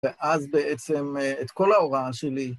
ואז בעצם את כל ההוראה שלי.